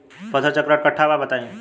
फसल चक्रण कट्ठा बा बताई?